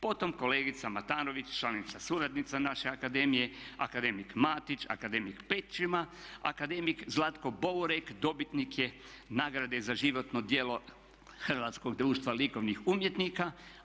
Potom kolegica Matanović, članica suradnica naše akademije, akademik Matić, akademik Pećina, akademik Zlatko Bourek dobitnik je nagrade za životno djelo Hrvatskog društva likovnih umjetnika.